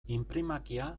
inprimakia